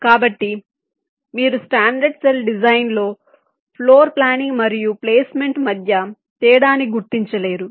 కాబట్టి మీరు standard cell design లో ఫ్లోర్ ప్లానింగ్ మరియు ప్లేస్మెంట్ మధ్య తేడాను గుర్తించలేరు